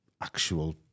actual